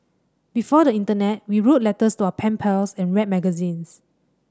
before the internet we wrote letters to our pen pals and read magazines